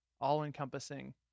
all-encompassing